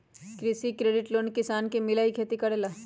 कृषि credit loan किसान के मिलहई खेती करेला?